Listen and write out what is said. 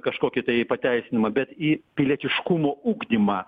kažkokį tai pateisinimą bet į pilietiškumo ugdymą